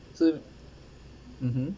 so mmhmm